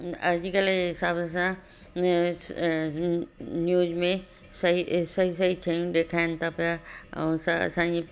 अॼुकल्ह सभु असां न्यूज़ में सही सही सही शयूं ॾेखारीनि था पिया ऐं असांजी